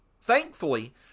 thankfully